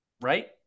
Right